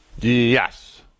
Yes